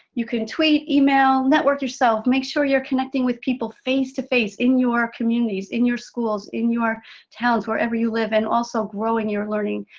you can tweet, email, network yourself. make sure you're connecting with people face to face in your communities, in your schools, in your towns, wherever you live, and also growing your learning,